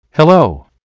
Hello